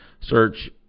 search